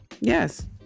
Yes